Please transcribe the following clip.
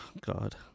God